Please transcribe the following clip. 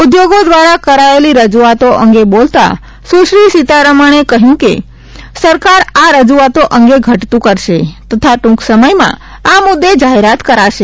ઉદ્યોગો દ્વારા કરાયેલી રજૂઆતો અંગે બોલતાં સુશ્રી સીતારામને જણાવ્યું હતું કે સરકાર આ રજૂઆતો અંગે ઘટતું કરશે તથા ટૂંક સમયમાં આ મુદ્દે જાહેરાત કરાશે